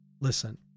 Listen